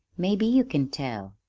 maybe you can tell.